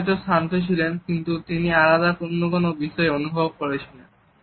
ইনি হয়তো শান্ত ছিলেন কিন্তু তিনি আলাদা অন্য কিছু অনুভব করেছিলেন